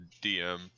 DM